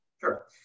Sure